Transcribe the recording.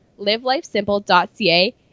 livelifesimple.ca